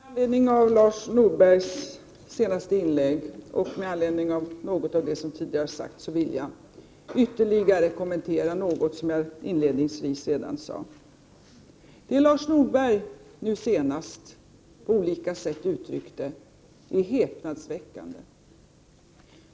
Fru talman! Med anledning av Lars Norbergs inlägg och också en del av det som sagts tidigare vill jag ytterligare kommentera något som jag sade redan inledningsvis. Det Lars Norberg nu senast på olika sätt uttryckte är häpnadsväckande.